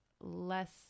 less